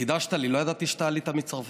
חידשת לי, לא ידעתי שאתה עלית מצרפת.